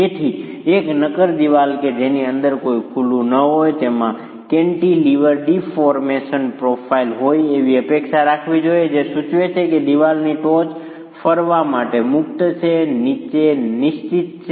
તેથી એક નક્કર દિવાલ કે જેની અંદર કોઈ ખુલ્લું ન હોય તેમાં કેન્ટીલીવર ડિફોર્મેશન પ્રોફાઈલ હોય તેવી અપેક્ષા રાખવી જોઈએ જે સૂચવે છે કે દિવાલની ટોચ ફરવા માટે મુક્ત છે નીચે નિશ્ચિત છે